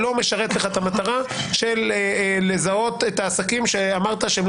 לא משרת לך את המטרה של זיהוי עסקים שאמרת שהם לא